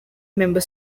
member